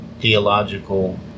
Theological